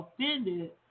offended